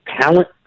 talent